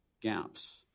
gaps